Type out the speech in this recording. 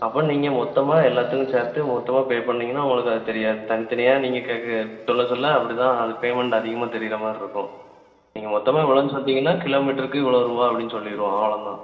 அப்போ நீங்கள் மொத்தமாக எல்லாத்துலேயும் சேர்த்து மொத்தமாக பே பண்ணுனீங்கன்னா உங்களுக்கு அது தெரியாது தனித்தனியாக நீங்கள் கேட்க சொல்ல சொல்ல அப்படிதான் அது பேமெண்ட் அதிகமாக தெரிகிற மாதிரி இருக்கும் நீங்கள் மொத்தமாக இவ்வளோன்னு சொல்லிட்டீங்கன்னா கிலோமீட்டருக்கு இவ்ளோரூபா அப்படின்னு சொல்லிடுவோம் அவ்வளோதான்